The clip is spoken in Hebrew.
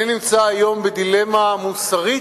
אני נמצא היום בדילמה מוסרית,